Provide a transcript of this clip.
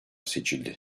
seçildi